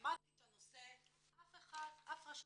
למדתי את נושא, אף רשות